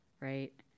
right